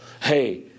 Hey